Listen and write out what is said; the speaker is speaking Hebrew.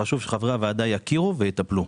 חשוב שחברי הוועדה יכירו ויטפלו.